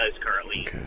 currently